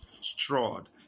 strawed